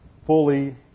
Fully